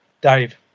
Dave